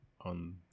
on